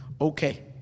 Okay